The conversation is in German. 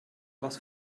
was